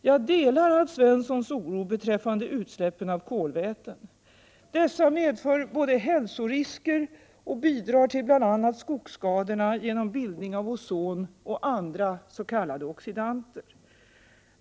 Jag delar Alf Svenssons oro beträffande utsläppen av kolväten. Dessa medför både hälsorisker och bidrar till bl.a. skogsskadorna genom bildningen av ozon och andra s.k. oxidanter.